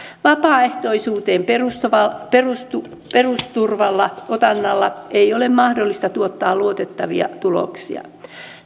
vapaaehtoisuuteen perustuvalla otannalla ei ole mahdollista tuottaa luotettavia tuloksia